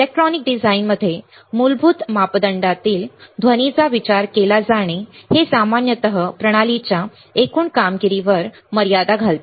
electronic डिझाईनमध्ये मूलभूत मापदंडातील ध्वनीचा विचार केला जाणे हे सामान्यतः प्रणालीच्या एकूण कामगिरीवर मर्यादा घालते